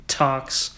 talks